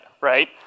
right